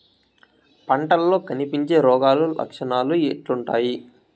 పంటల్లో కనిపించే రోగాలు లక్షణాలు ఎట్లుంటాయి?